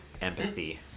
Empathy